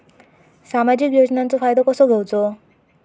सामाजिक योजनांचो फायदो कसो घेवचो?